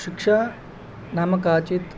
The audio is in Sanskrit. शिक्षा नाम काचित्